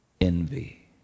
envy